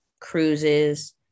cruises